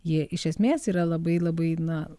jie iš esmės yra labai labai na